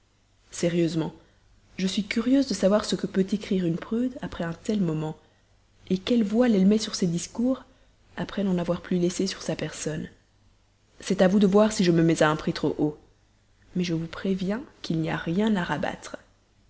sérieusement je suis curieuse de voir ce que peut écrire une prude après un tel moment quel voile elle met sur ses actions après n'en avoir plus laissé sur sa personne c'est à vous de voir si je me mets à un prix trop haut mais je vous préviens qu'il n'y a rien à rabattre